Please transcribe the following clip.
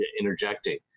interjecting